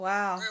Wow